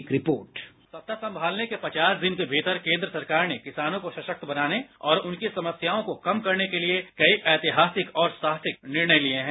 एक report byte सत्ता संभालने के पचास दिन के भीतर केंद्र सरकार ने किसानों को सशक्त बनाने और उनकी समस्याओं को कम करने के लिए कई ऐतिहासिक और साहासिक निर्णय लिए हैं